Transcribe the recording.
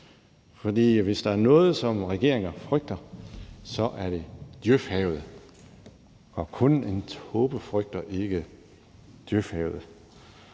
for hvis der er noget, som regeringer frygter, så er det Djøf-havet, og kun en tåbe frygter ikke Djøf-havet.